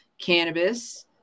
cannabis